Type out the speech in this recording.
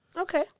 Okay